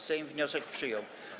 Sejm wniosek przyjął.